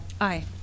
aye